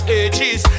ages